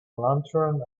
lantern